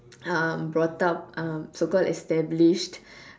um um brought up uh so called established